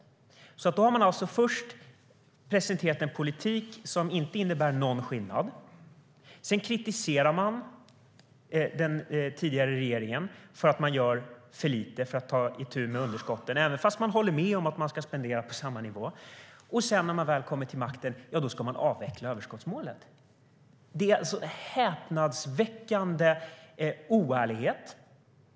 De har alltså först presenterat en politik som inte innebär någon skillnad. De har kritiserat den tidigare regeringen för att den gjorde för lite för att ta itu med underskotten trots att de var med på att spendera på samma nivå. Och när de väl kommer till makten ska de avveckla överskottsmålet. Det är en häpnadsväckande oärlighet.